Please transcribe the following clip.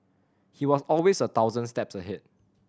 he was always a thousand steps ahead